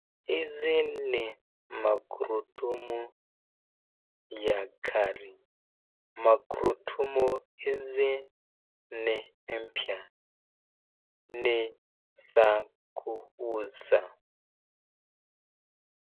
Hizi ni magurudumu ya gari, magudurumu hizi ni mpya, ni za kuuza